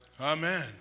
Amen